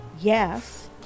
yes